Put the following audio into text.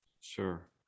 Sure